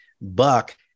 buck